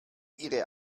ihre